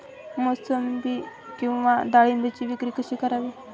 मोसंबी किंवा डाळिंबाची विक्री कशी करावी?